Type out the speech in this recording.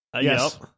Yes